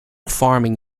farming